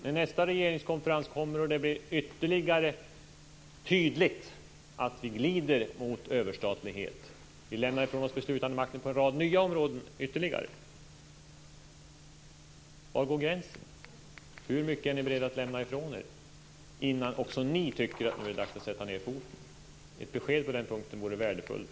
När nästa regeringskonferens kommer och det blir än tydligare att vi glider mot överstatlighet, när vi lämnar ifrån oss beslutandemakten på en rad nya områden - var går då gränsen? Hur mycket är ni beredda att lämna ifrån er innan också ni tycker att det är dags att sätta ned foten? Ett besked på den punkten vore värdefullt.